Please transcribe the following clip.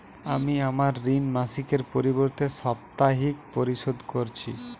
আমি আমার ঋণ মাসিকের পরিবর্তে সাপ্তাহিক পরিশোধ করছি